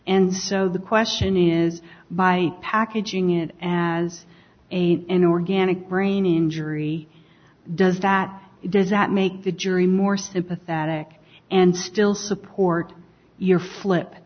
and so the question is by packaging it as a inorganic brain injury does that does that make the jury more sympathetic and still support your flip